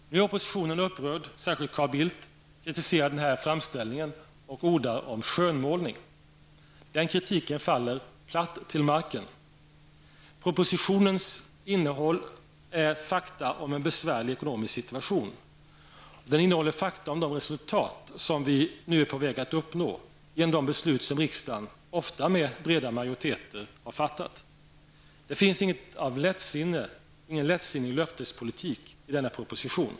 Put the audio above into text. Oppositionen är upprörd, särskilt Carl Bildt och kritiserar den här framställningen och ordar om skönmålning. Den kritiken faller platt till marken. Propositionen innehåller fakta om en besvärlig ekonomisk situation. Och den innehåller fakta om de resultat som vi nu är på väg att uppnå genom de beslut som riksdagen, ofta med breda majoriteter, har fattat. Det finns inget av lättsinnig löftespolitik i denna proposition.